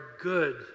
good